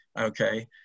Okay